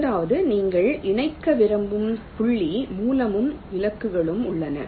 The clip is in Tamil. முதலாவது நீங்கள் இணைக்க விரும்பும் புள்ளி மூலமும் இலக்குகளும் உள்ளன